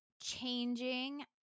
changing